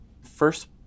first